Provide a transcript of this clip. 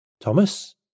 Thomas